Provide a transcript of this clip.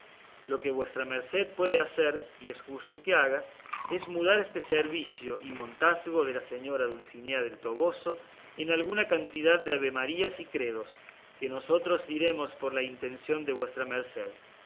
lo que vuestra merced puede hacer y es justo que haga es mudar ese servicio y montazgo de la señora dulcinea del toboso en alguna cantidad de avemarías y credos que nosotros diremos por la intención de vuestra merced